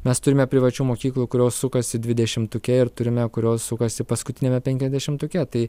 mes turime privačių mokyklų kurios sukasi dvidešimtuke ir turime kurios sukasi paskutiniame penkiasdešimtuke tai